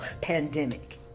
pandemic